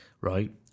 right